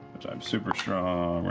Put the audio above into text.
i'm super strong.